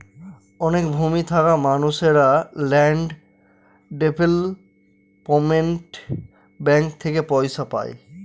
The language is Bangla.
অনেক ভূমি থাকা মানুষেরা ল্যান্ড ডেভেলপমেন্ট ব্যাঙ্ক থেকে পয়সা পায়